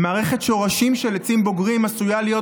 ומערכת שורשים של עצים בוגרים עשויה להיות